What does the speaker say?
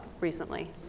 recently